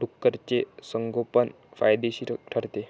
डुकराचे संगोपन फायदेशीर ठरते